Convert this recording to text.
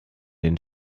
den